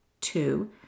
Two